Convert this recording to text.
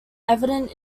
evident